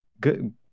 good